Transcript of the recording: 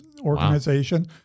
organization